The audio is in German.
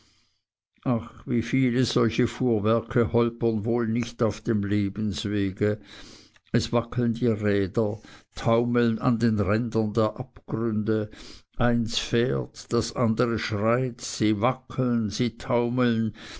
ach wie viele solche fuhrwerke holpern wohl nicht auf dem lebenswege es wackeln die räder taumeln an den rändern der abgründe eins fährt das andere schreit sie wackeln sie taumeln